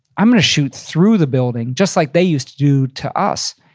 i'm gonna shoot through the building just like they used to do to us.